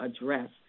address